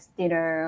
dinner